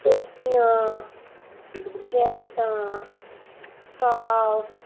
ਟੋਪੀਆਂ ਜੈਕਟਾਂ ਸਕਾਫ